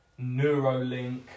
NeuroLink